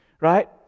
right